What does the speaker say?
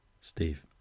steve